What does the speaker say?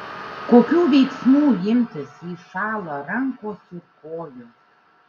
kokių veiksmų imtis jei šąla rankos ir kojos